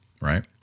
right